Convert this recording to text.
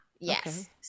Yes